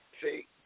See